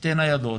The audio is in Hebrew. שתי ניידות,